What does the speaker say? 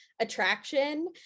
attraction